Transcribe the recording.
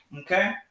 okay